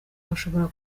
bashobora